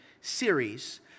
series